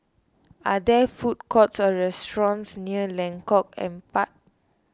are there food courts or restaurants near Lengkok Empat